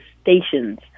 stations